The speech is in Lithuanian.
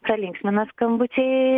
pralinksmina skamučiai